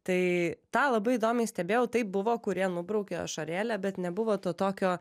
tai tą labai įdomiai stebėjau taip buvo kurie nubraukė ašarėlę bet nebuvo to tokio